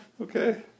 Okay